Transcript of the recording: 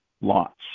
lots